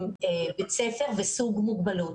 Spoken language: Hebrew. בית ספר וסוג מוגבלות.